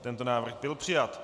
Tento návrh byl přijat.